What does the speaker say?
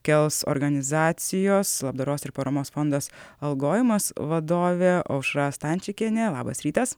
kels organizacijos labdaros ir paramos fondas algojimas vadovė aušra stančikienė labas rytas